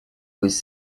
was